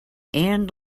and